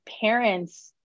parents